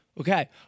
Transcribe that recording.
Okay